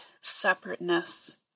separateness